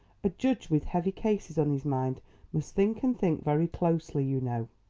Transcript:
a judge with heavy cases on his mind must think and think very closely, you know.